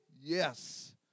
Yes